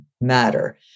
matter